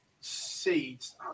seeds